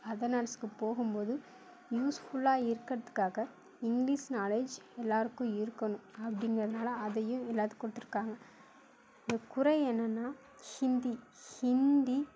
other நாட்டுக்கு போகும்போது யூஸ்ஃபுல்லாக இருக்கிறதுக்காக இங்கிலீஷ் நாலேஜ் எல்லோருக்கும் இருக்கணும் அப்படிங்கிறனால அதையும் எல்லாத்துக்கும் கொடுத்துருக்காங்க இங்கே குறை என்னன்னால் ஹிந்தி ஹிந்தி